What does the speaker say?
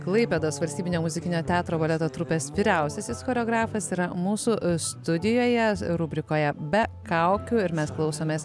klaipėdos valstybinio muzikinio teatro baleto trupės vyriausiasis choreografas yra mūsų studijoje rubrikoje be kaukių ir mes klausomės